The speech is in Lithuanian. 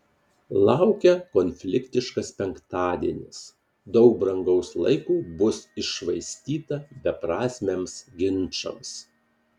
laukia konfliktiškas penktadienis daug brangaus laiko bus iššvaistyta beprasmiams ginčams